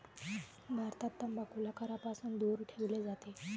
भारतात तंबाखूला करापासून दूर ठेवले जाते